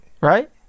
right